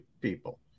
people